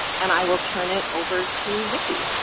and i will turn it over to vicki.